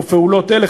ופעולות אלה,